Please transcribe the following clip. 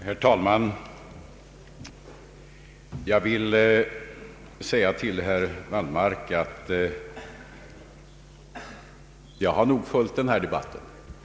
Herr talman! Jag vill säga till herr Wallmark att jag verkligen har följt denna debatt.